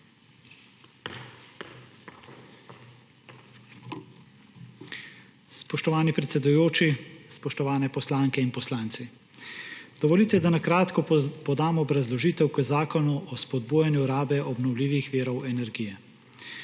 Spoštovani predsedujoči, spoštovane poslanke in poslanci! Dovolite, da na kratko podam obrazložitev k zakonu o spodbujanju rabe obnovljivih virov energije.